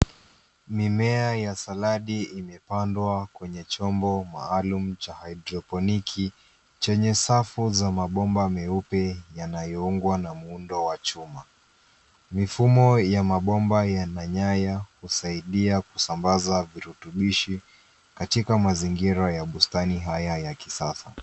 Mimea ya saladi imepandwa kwenye chombo maalum cha haidroponiki chenye safu za mabomba meupe yanayoungwa na muundo wa chuma. Mifumo ya mabomba na nyaya husaidia kusambaza virutubisho katika mazingira ya bustani haya ya kisasa.